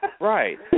Right